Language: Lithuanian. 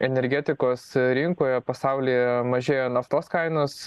energetikos rinkoje pasaulyje mažėja naftos kainos